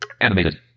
animated